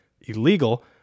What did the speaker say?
illegal